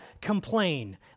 complain